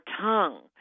tongue